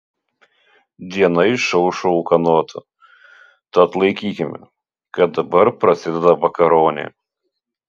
diena išaušo ūkanota tad laikykime kad dabar prasideda vakaronė